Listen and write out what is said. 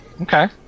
Okay